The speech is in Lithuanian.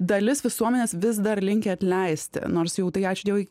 dalis visuomenės vis dar linkę atleisti nors jau tai ačiū dievui